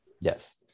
yes